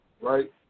right